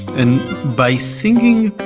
and by singing,